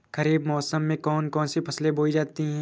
खरीफ मौसम में कौन कौन सी फसलें बोई जाती हैं?